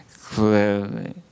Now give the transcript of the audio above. clearly